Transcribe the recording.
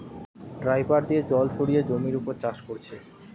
dripper দিয়ে জল ছড়িয়ে জমির উপর চাষ কোরছে